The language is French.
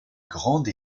grande